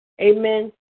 Amen